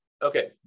Okay